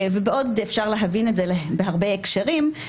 ובעוד אפשר להבין את זה בהרבה הקשרים,